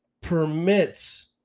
permits